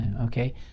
okay